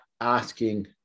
asking